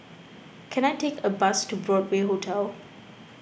can I take a bus to Broadway Hotel